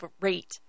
rate